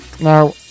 Now